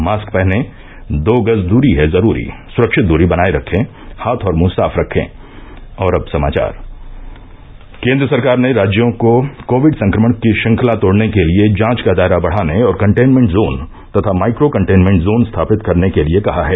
mask पहनें दो गज दूरी है जरूरी सुरक्षित दूरी बनाये रखे हाथ और मुंह साफ रखे केंद्र सरकार ने राज्यों को कोविड संक्रमण की श्रृंखला तोडने के लिए जांच का दायरा बढाने और कंटेनमेंट जोन तथा माइक्रो कंटेनमेंट जोन स्थापित करने के लिए कहा है